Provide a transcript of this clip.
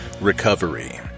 Recovery